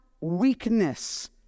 weakness